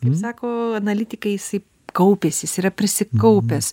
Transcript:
kaip sako analitikai jisai kaupiasi jis yra prisikaupęs